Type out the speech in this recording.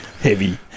Heavy